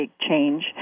change